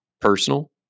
Personal